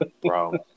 Bro